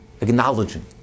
acknowledging